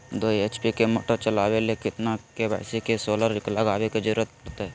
दो एच.पी के मोटर चलावे ले कितना के.वी के सोलर लगावे के जरूरत पड़ते?